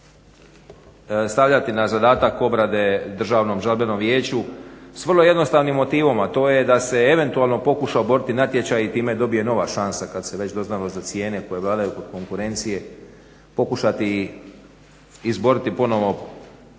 stavljati na zadatak obrade Državnom žalbenom vijeću s vrlo jednostavnim motivom, a to se eventualno pokuša oboriti natječaj i time dobije nova šansa kad se već doznalo za cijene koje vladaju kod konkurencije, pokušati izboriti ponovo